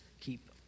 keep